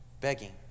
begging